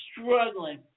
struggling